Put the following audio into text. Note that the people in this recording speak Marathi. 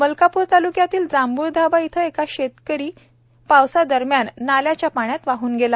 मलकापूर तालुक्यातील जांभूळधाबा येथील एक शेतकरी पावसादरम्यान नाल्याच्या पाण्यात वाहून गेला